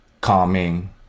calming